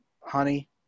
honey